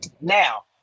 Now